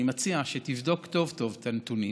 אני מציע שתבדוק טוב טוב את הנתונים